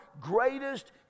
greatest